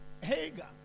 Hagar